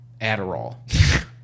Adderall